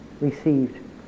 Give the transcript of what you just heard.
received